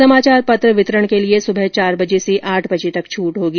समाचार पत्र वितरण के लिए सुबह चार बजे से आठ बजे तक छूट होगी